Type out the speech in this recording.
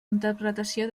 interpretació